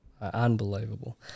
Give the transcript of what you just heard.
unbelievable